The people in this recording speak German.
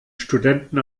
studenten